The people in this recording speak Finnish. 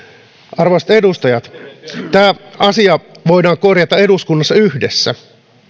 arvoisat edustajat tämä asia voidaan korjata eduskunnassa yhdessä